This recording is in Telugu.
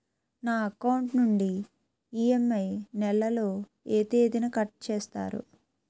నా అకౌంట్ నుండి ఇ.ఎం.ఐ నెల లో ఏ తేదీన కట్ చేస్తారు?